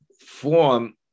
form